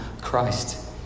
Christ